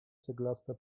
ceglaste